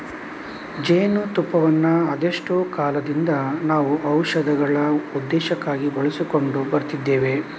ಜೇನು ತುಪ್ಪವನ್ನ ಅದೆಷ್ಟೋ ಕಾಲದಿಂದ ನಾವು ಔಷಧಗಳ ಉದ್ದೇಶಕ್ಕಾಗಿ ಬಳಸಿಕೊಂಡು ಬರುತ್ತಿದ್ದೇವೆ